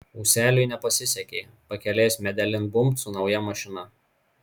ūseliui nepasisekė pakelės medelin bumbt su nauja mašina